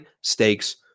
stakes